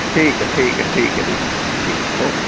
ठीक ऐ ठीक ऐ ठीक ऐ जी ओके